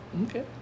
Okay